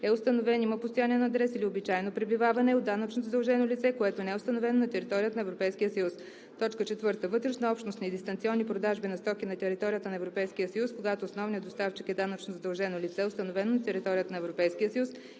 е установен, има постоянен адрес или обичайно пребиваване, от данъчно задължено лице, което не е установено на територията на Европейския съюз. 4. вътреобщностни дистанционни продажби на стоки на територията на Европейския съюз, когато основният доставчик е данъчно задължено лице, установено на територията на Европейски съюз